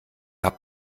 habe